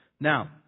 Now